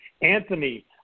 Anthony